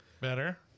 Better